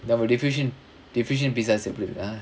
deficient deficient பிசாசு எப்டி இருக்குடா:pisaasu epdi irukkudaa